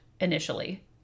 initially